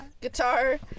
guitar